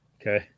Okay